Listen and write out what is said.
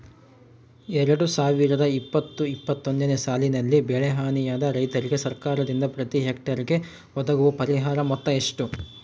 ಎರಡು ಸಾವಿರದ ಇಪ್ಪತ್ತು ಇಪ್ಪತ್ತೊಂದನೆ ಸಾಲಿನಲ್ಲಿ ಬೆಳೆ ಹಾನಿಯಾದ ರೈತರಿಗೆ ಸರ್ಕಾರದಿಂದ ಪ್ರತಿ ಹೆಕ್ಟರ್ ಗೆ ಒದಗುವ ಪರಿಹಾರ ಮೊತ್ತ ಎಷ್ಟು?